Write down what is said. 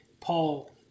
Paul